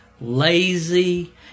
lazy